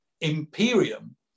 imperium